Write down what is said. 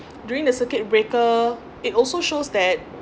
during the circuit breaker it also shows that